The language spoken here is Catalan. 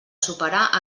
superar